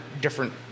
Different